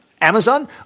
Amazon